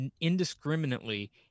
indiscriminately